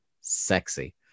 sexy